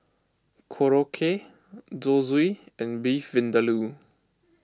Korokke Zosui and Beef Vindaloo